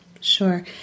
Sure